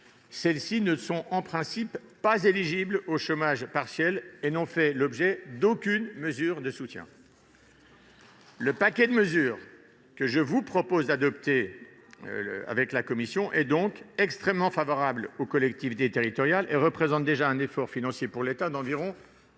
dernières ne sont en principe pas éligibles au chômage partiel et n'ont fait l'objet d'aucune mesure de soutien. Le paquet de mesures que la commission vous propose d'adopter s'avère extrêmement favorable aux collectivités territoriales et représente déjà un effort financier pour l'État de